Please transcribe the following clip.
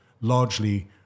largely